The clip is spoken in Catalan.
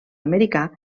americà